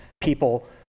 people